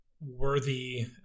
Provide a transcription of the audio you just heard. worthy